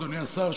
אדוני השר,